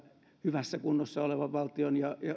hyvässä kunnossa olevan ja